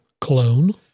clone